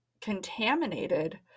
contaminated